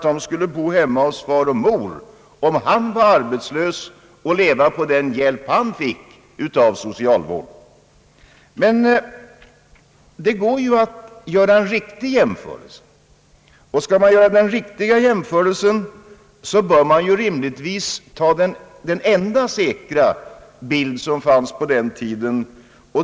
De skulle bo hemma hos far och mor och om fadern var arbetslös leva på den hjälp han fick av socialvården. Det går dock att göra en riktig jämförelse. Skall man göra den bör man rimligtvis ta den enda säkra uppgift man har från den tiden.